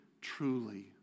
truly